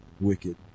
Wicked